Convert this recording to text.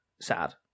sad